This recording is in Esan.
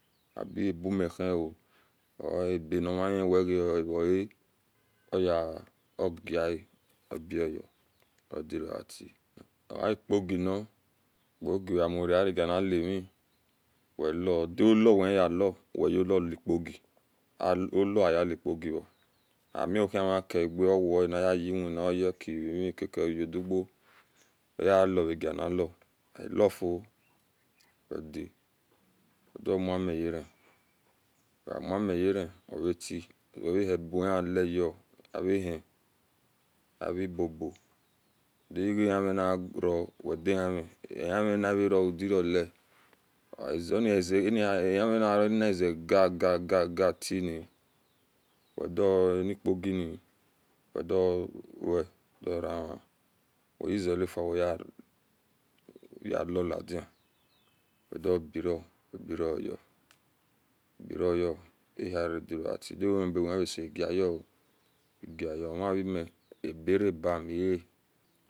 Abi ebumi hio oebenima hioa oga obiyo odiroatie oatkgi ni kgi weamua areganalomi welo dolo we hiayelo weuloli kgi oloayalikogi o ogaohimakie aga eweaniyei yewina orweki yimikake udi uguo wealoreginilo weai lofio wedia wedumumi yera wemu miye ogahi werahi buwehiyeleyo ahien ahi-bo bodi digahnminire wedianami ehiminamare ara-weye rolie anaminahize gaga ga ga tie wedue anikugini wediowe wediorava ovezelifua yelolidina wediobiro biroyo biroyo ahiare re diogatie duwomi buun eehiaseye gayo gayo omaremi eberaba mie.